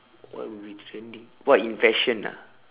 what will be trending what in fashion ah